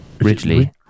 Ridgely